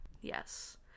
Yes